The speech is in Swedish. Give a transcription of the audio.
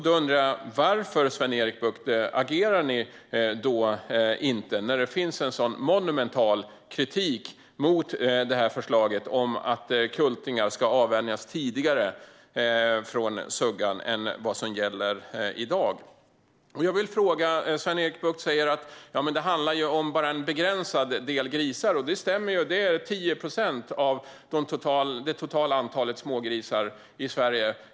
Då undrar jag, Sven-Erik Bucht: Varför agerar ni inte när det finns en monumental kritik mot förslaget att kultingar ska avvänjas från suggan tidigare än vad som gäller i dag? Sven-Erik Bucht säger att det handlar om en begränsad del grisar, och det stämmer. Det är 10 procent av det totala antalet smågrisar i Sverige.